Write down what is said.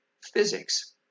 physics